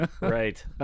Right